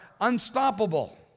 unstoppable